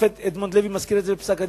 השופט אדמונד לוי מזכיר את זה בפסק-הדין,